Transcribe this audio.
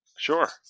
Sure